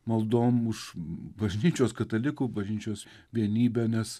maldom už bažnyčios katalikų bažnyčios vienybę nes